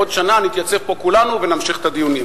בעוד שנה נתייצב פה כולנו ונמשיך את הדיונים.